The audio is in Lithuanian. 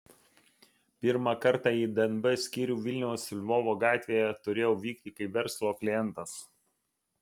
pirmą kartą į dnb skyrių vilniaus lvovo gatvėje turėjau vykti kaip verslo klientas